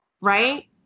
right